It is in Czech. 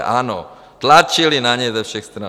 Ano, tlačili na něj ze všech stran.